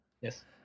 Yes